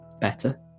better